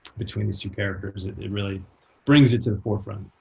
between these two characters. it really brings it to the forefront.